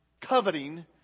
coveting